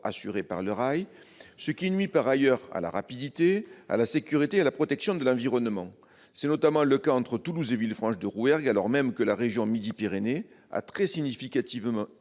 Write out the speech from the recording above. assurés par le rail, ce qui nuit par ailleurs à la rapidité, à la sécurité et à la protection de l'environnement. C'est notamment le cas entre Toulouse et Villefranche-de-Rouergue, alors même que la région Midi-Pyrénées a très significativement